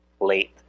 late